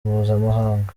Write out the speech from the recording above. mpuzamahanga